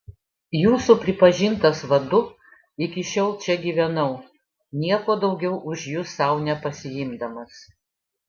jūsų pripažintas vadu iki šiol čia gyvenau nieko daugiau už jus sau nepasiimdamas